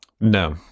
No